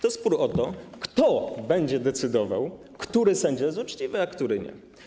To spór o to, kto będzie decydował o tym, który sędzia jest uczciwy, a który nie.